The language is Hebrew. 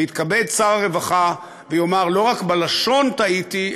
יתכבד שר הרווחה ויאמר: לא רק בלשון טעיתי,